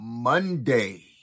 Monday